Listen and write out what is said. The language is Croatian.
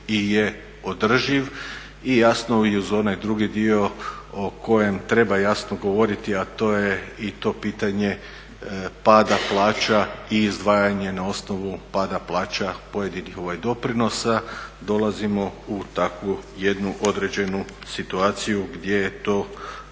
i je održiv, i jasno i uz onaj drugi dio o kojem treba jasno govoriti a to je i to pitanje pada plaća i izdvajanje na osnovu pada plaća pojedinih doprinosa dolazimo u takvu jednu određenu situaciju gdje je to